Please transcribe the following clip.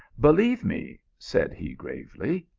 believe me, said he gravely,